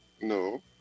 no